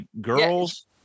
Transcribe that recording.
girls